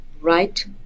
right